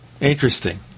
Interesting